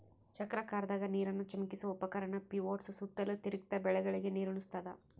ಚಕ್ರಾಕಾರದಾಗ ನೀರನ್ನು ಚಿಮುಕಿಸುವ ಉಪಕರಣ ಪಿವೋಟ್ಸು ಸುತ್ತಲೂ ತಿರುಗ್ತ ಬೆಳೆಗಳಿಗೆ ನೀರುಣಸ್ತಾದ